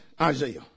Isaiah